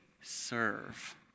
serve